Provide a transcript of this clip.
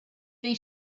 they